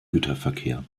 güterverkehr